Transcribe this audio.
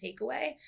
takeaway